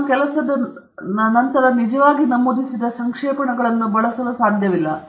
ನಿಮ್ಮ ಕೆಲಸದ ನಂತರ ನೀವು ನಿಜವಾಗಿ ನಮೂದಿಸಿದ ಸಂಕ್ಷೇಪಣಗಳನ್ನು ಬಳಸಲು ಸಾಧ್ಯವಿಲ್ಲ